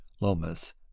lomas